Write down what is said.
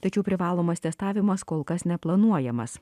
tačiau privalomas testavimas kol kas neplanuojamas